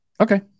Okay